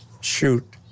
shoot